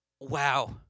wow